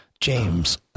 James